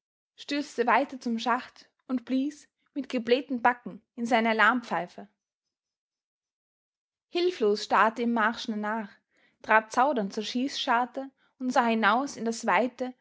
stürzte weiter zum schacht und blies mit geblähten backen in seine alarmpfeife hilflos starrte ihm marschner nach trat zaudernd zur schießscharte und sah hinaus in das weite